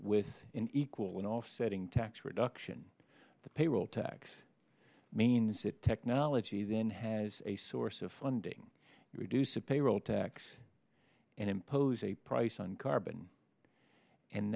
with an equal and offsetting tax reduction the payroll tax means that technology then has a source of funding reduce a payroll tax and impose a price on carbon and